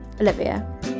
Olivia